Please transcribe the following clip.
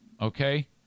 okay